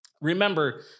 Remember